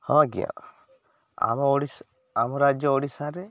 ହଁ ଆଜ୍ଞା ଆମ ଓଡ଼ିଶ ଆମ ରାଜ୍ୟ ଓଡ଼ିଶାରେ